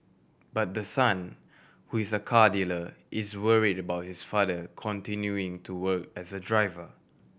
but the son who is a car dealer is worried about his father continuing to work as a driver